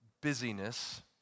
busyness